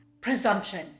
Presumption